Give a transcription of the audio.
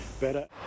better